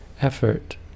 effort